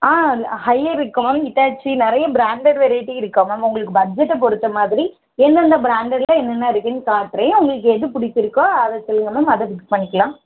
ஆ Haier இருக்குது ma'am Hitachi நிறைய branded வெரைட்டியும் இருக்குது மேம் உங்களுக்கு பட்ஜெட்டை பொறுத்த மாதிரி என்னன்ன ப்ராண்டட்டில் என்னன்ன இருக்குதுனு காட்டுறேன் உங்களுக்கு எது பிடிச்சிருக்கோ அதை சொல்லுங்கள் மேம் அதை ஃபிக்ஸ் பண்ணிக்கலாம்